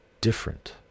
different